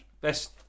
Best